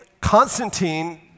Constantine